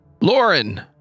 Lauren